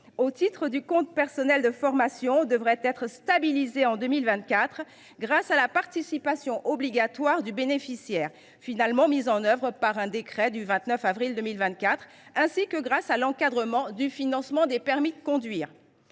au titre du compte personnel de formation devraient être stabilisées en 2024, grâce à la participation obligatoire du bénéficiaire, finalement mise en œuvre par un décret du 29 avril 2024, et grâce à l’encadrement du financement des permis de conduire.